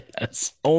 Yes